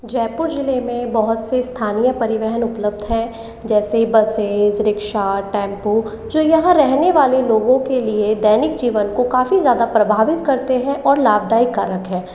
जयपुर ज़िले में बहुत से स्थानीय परिवहन उपलब्ध हैं जैसे बसेज़ रीक्शा टेंपू जो यहाँ रहने वाले लोगों के लिए दैनिक जीवन को काफ़ी ज़्यादा प्रभावित करते है और लाभदायी कारक है